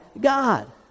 God